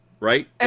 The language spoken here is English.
Right